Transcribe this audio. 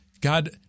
God